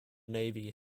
navy